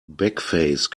backface